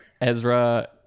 Ezra